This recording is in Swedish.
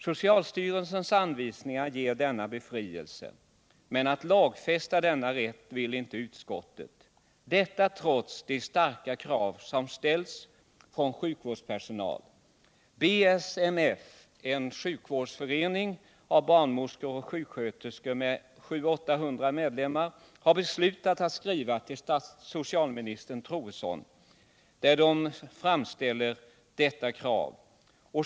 Socialstyrelsens anvisningar ger sådan befrielse, men utskottet vill inte lagfästa denna rätt, trots de starka krav som ställs från sjukvårdspersonal. BSMF — en sjukvårdsförening av barnmorskor och sjuksköterskor med 700-800 medlemmar — har beslutat skriva till statsrådet Troedsson och framställa dessa krav.